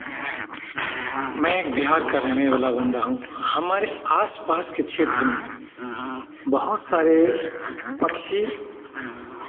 मैं बिहार का रहने वाला बंदा हूँ हमारे आसपास के क्षेत्र में बहुत सारे पक्षी